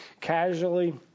casually